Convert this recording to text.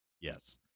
Yes